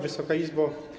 Wysoka Izbo!